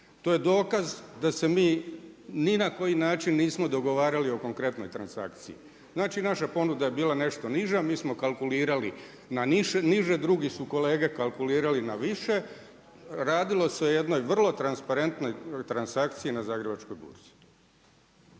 To je dokaz da se mi ni na koji način nismo dogovarali o konkretnoj transakciji. Znači naša ponuda je bila nešto niža, mi smo kalkulirali na niže, drugi su kolege kalkulirali na više, radilo se o jednoj vrlo transparentnoj transakciji na Zagrebačkoj burzi.